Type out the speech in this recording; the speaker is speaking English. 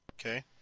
Okay